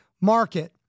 market